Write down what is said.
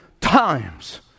times